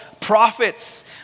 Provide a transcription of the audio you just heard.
prophets